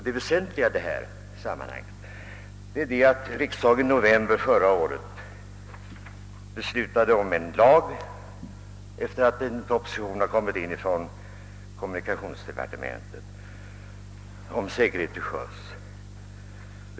Det väsentliga i sammanhanget är att riksdagen i november förra året antog en lag på grundval av en proposition från kommunikationsdepartementet om säkerhet till sjöss.